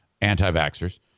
anti-vaxxers